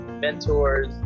mentors